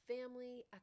family